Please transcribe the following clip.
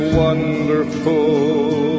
wonderful